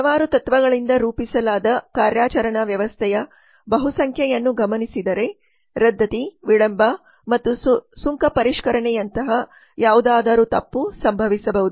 ಹಲವಾರು ತತ್ವಗಳಿಂದ ರೂಪಿಸಲಾದ ಕಾರ್ಯಾಚರಣಾ ವ್ಯವಸ್ಥೆಯ ಬಹುಸಂಖ್ಯೆಯನ್ನು ಗಮನಿಸಿದರೆ ರದ್ದತಿ ವಿಳಂಬ ಮತ್ತು ಸುಂಕ ಪರಿಷ್ಕರಣೆಯಂತಹ ಯಾವುದಾದರೂ ತಪ್ಪು ಸಂಭವಿಸಬಹುದು